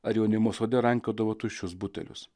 ar jaunimo sode rankiodavo tuščius butelius